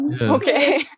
Okay